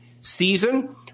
season